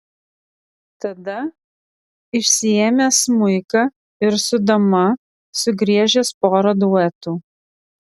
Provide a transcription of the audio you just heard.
tada išsiėmęs smuiką ir su dama sugriežęs porą duetų